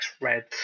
Red